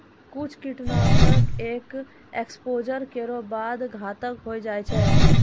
कुछ कीट नाशक एक एक्सपोज़र केरो बाद घातक होय जाय छै